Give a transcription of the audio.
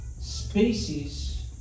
species